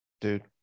dude